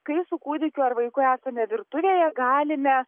kai su kūdikiu ar vaiku esame virtuvėje galime